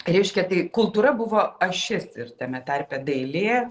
reiškia tai kultūra buvo ašis ir tame tarpe dailė